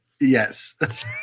Yes